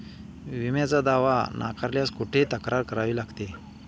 विम्याचा दावा नाकारल्यास कुठे तक्रार करावी लागते?